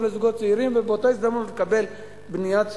לזוגות צעירים ובאותה הזדמנות לקבל בניית ספרייה,